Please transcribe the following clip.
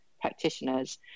practitioners